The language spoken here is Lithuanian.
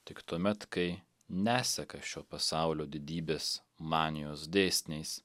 tik tuomet kai neseka šio pasaulio didybės manijos dėsniais